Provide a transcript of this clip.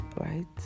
right